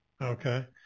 Okay